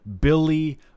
Billy